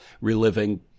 reliving